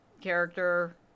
character